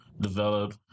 develop